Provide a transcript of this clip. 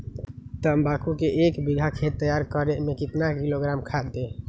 तम्बाकू के एक बीघा खेत तैयार करें मे कितना किलोग्राम खाद दे?